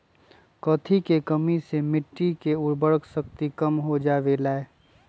कथी के कमी से मिट्टी के उर्वरक शक्ति कम हो जावेलाई?